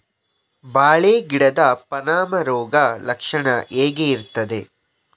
ಬಾಳೆ ಗಿಡದ ಪಾನಮ ರೋಗ ಲಕ್ಷಣ ಹೇಗೆ ಇರ್ತದೆ?